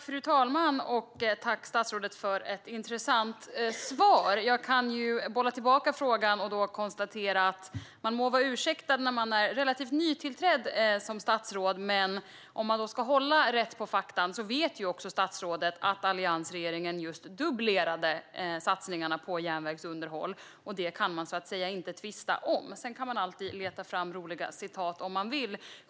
Fru talman! Jag tackar statsrådet för ett intressant svar. Jag kan bolla tillbaka frågan och konstatera att man må vara ursäktad när man är relativt nytillträdd som statsråd, men låt oss ändå hålla rätt på fakta - även statsrådet vet att alliansregeringen dubblerade satsningarna på järnvägsunderhåll. Det kan man inte tvista om. Sedan kan man alltid leta fram roliga citat om man vill.